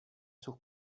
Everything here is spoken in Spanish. sus